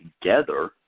together